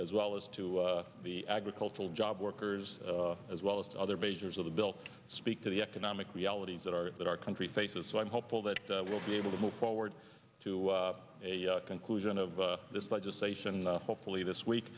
as well as to the agricultural job workers as well as to other majors of the bill to speak to the economic realities that are that our country faces so i'm hopeful that we will be able to move forward to a conclusion of this legislation hopefully this week